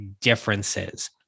differences